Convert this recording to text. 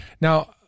Now